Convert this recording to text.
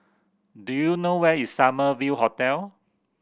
do you know where is Summer View Hotel